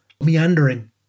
meandering